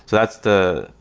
that's the,